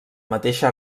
mateixa